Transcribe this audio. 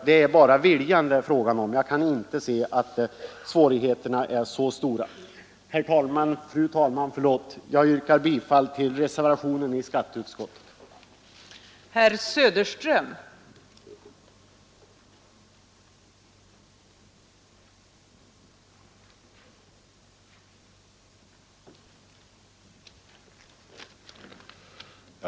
Det är bara viljan det är frågan om. Jag kan inte se att svårigheterna är så stora. Fru talman! Jag yrkar bifall till reservationen vid skatteutskottets betänkande.